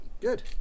Good